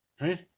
Right